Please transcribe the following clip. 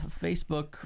Facebook